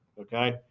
Okay